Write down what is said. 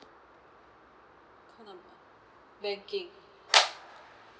call number banking